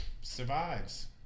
survives